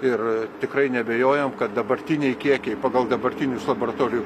ir tikrai neabejojam kad dabartiniai kiekiai pagal dabartinius laboratorijų